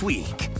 Week